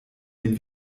dem